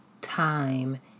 time